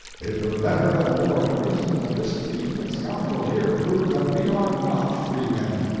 it were better, and more in reason, that this thief and scoundrel here prove that we are not freemen.